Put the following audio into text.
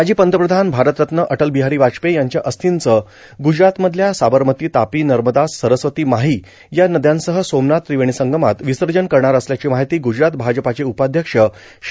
माजी पंतप्रधान भारतरत्न अटलबिहारी वाजपेयी यांच्या अस्थीचं गुजरातमधल्या साबरमती तापी नर्मदा सरस्वती माही या नद्यांसह सोमनाथ त्रिवेणी संगमात विसर्जन करणार असल्याची माहिती ग्रजरात भाजपाचे उपाध्यक्ष श्री